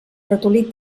ratolí